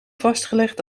vastgelegd